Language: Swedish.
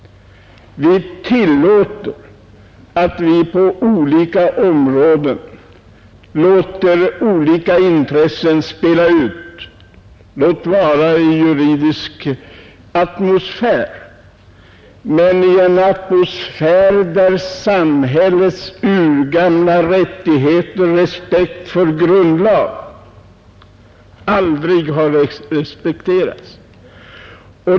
Vi tillåter olika intressen att spela ut på skilda områden, låt vara i en juridisk atmosfär — men i en atmosfär där samhällets urgamla rättigheter och respekten för grundlag aldrig har upprätthållits.